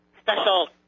special